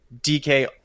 DK